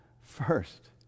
first